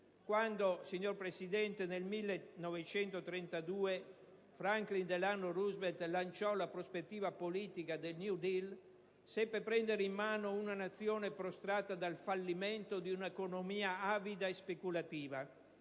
Italia. Signor Presidente, quando nel 1932 Franklin Delano Roosevelt lanciò la prospettiva politica del *New Deal* seppe prendere in mano una nazione prostrata dal fallimento di una economia avida e speculativa